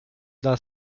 dla